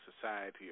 society